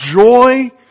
joy